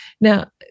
Now